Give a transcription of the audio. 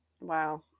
wow